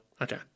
Okay